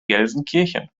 gelsenkirchen